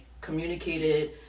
communicated